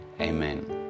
Amen